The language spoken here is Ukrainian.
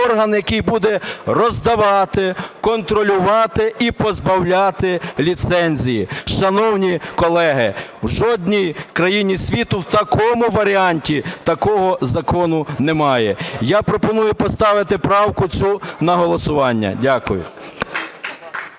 орган, який буде роздавати, контролювати і позбавляти ліцензії. Шановні колеги! В жодній країні світу, в такому варіанті такого закону немає. Я пропоную поставити правку цю на голосування. Дякую.